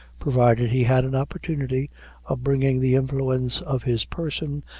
provided he had an opportunity of bringing the influence of his person,